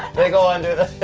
they go under there.